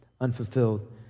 unfulfilled